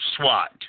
SWAT